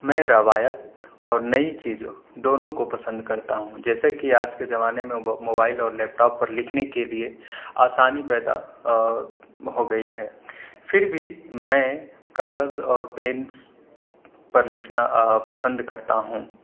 میں روایت اور نئی چیزوں دونوں کو پسند کرتا ہوں جیسے کہ آج کے زمانے میں موبائل اور لیپ ٹاپ پر لکھنے کے لئے آسانی پیدا آ ہو گئی ہے پھر بھی میں کاغذ اور پینس پر لکھنا پسند کرتا ہوں